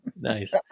Nice